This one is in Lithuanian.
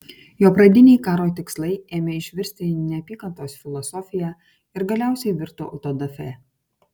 jo pradiniai karo tikslai ėmė išvirsti į neapykantos filosofiją ir galiausiai virto autodafė